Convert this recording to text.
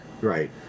Right